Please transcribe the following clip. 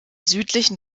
südlichen